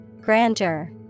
Grandeur